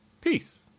Peace